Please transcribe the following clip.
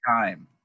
time